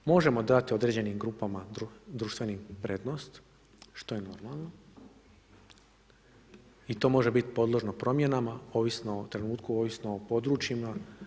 Možemo dati određenim grupama društvenim prednost što je normalno i to može biti podložno promjenama ovisno o trenutku, ovisno o područjima.